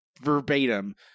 verbatim